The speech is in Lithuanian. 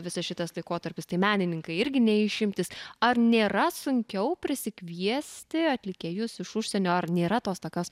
visas šitas laikotarpis tai menininkai irgi ne išimtis ar nėra sunkiau prisikviesti atlikėjus iš užsienio ar nėra tos tokios